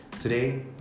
Today